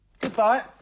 Goodbye